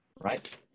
right